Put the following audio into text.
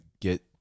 get